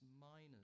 miners